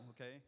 okay